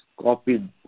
copied